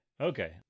Okay